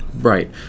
Right